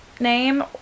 Name